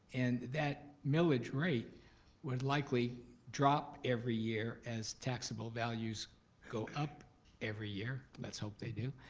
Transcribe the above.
and that millage rate would likely drop every year as taxable values go up every year, let's hope they do.